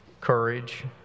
courage